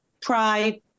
Pride